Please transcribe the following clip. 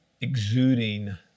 exuding